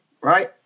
right